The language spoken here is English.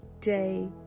day